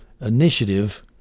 initiative